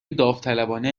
داوطلبانه